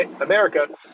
america